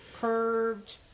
Curved